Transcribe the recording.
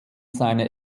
seine